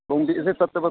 ꯂꯣꯡꯕꯤꯁꯦ ꯆꯠꯇꯕ